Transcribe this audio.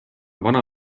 vana